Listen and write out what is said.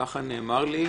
ככה נאמר לי,